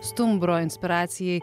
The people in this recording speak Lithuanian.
stumbro inspiracijai